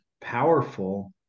powerful